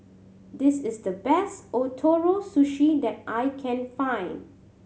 this is the best Ootoro Sushi that I can find